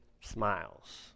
smiles